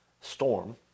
storm